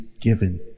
given